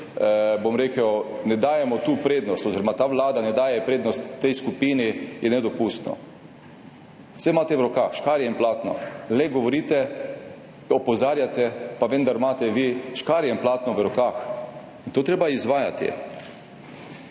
sedaj ne dajemo tu prednosti oziroma ta vlada ne daje prednosti tej skupini, je nedopustno. Vse imate v rokah, škarje in platno. Le govorite, opozarjate, pa vendar imate vi škarje in platno v rokah. In to je treba izvajati.